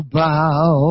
bow